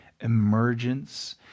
emergence